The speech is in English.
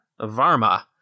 Varma